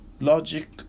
logic